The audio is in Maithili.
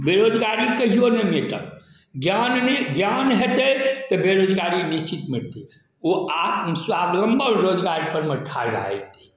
बेरोजगारी कहियो नहि भेटत ज्ञान नहि ज्ञान हेतै तऽ बेरोजगारी निश्चित मिटतै ओ आप स्वाबलंबन रोजगार परमे ठाड़ भऽ जेतै